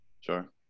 Sure